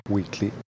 Weekly